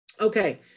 Okay